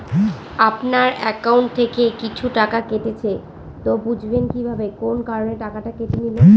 আপনার একাউন্ট থেকে কিছু টাকা কেটেছে তো বুঝবেন কিভাবে কোন কারণে টাকাটা কেটে নিল?